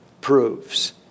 proves